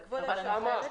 כבוד היושב-ראש,